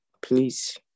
Please